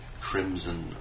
Crimson